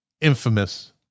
infamous